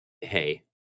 hey